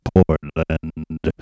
Portland